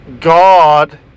God